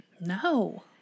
No